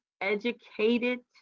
educated